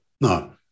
No